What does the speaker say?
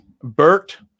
Bert